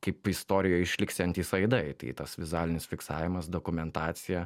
kaip istorijoje išliksiantys aidai tai tas vizualinis fiksavimas dokumentacija